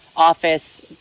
office